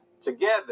together